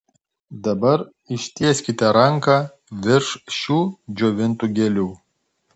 dabar ištieskite ranką virš šių džiovintų gėlių